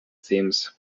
themes